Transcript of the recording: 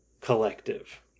collective